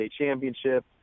Championship